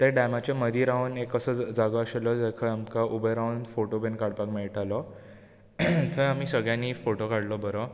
त्या डेमाच्या मदी रावन एक असो जागो आशिल्लो थंय आमकां उबे रावन फोटू बी काडपाक मेळटालो थंय आमी सगळ्यांनी फोटो काडलो बोरो